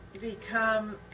become